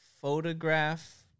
photograph